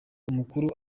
amakuru